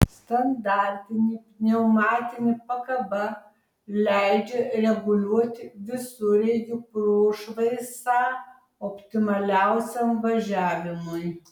standartinė pneumatinė pakaba leidžia reguliuoti visureigio prošvaisą optimaliausiam važiavimui